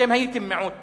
אתם הייתם מיעוט